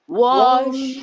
wash